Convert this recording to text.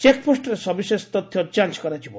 ଚେକପୋଷ୍ଟରେ ସବିଶେଷ ତଥ୍ୟ ଯାଂଚ କରାଯିବ